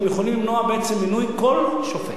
הם יכולים למנוע בעצם מינוי כל שופט.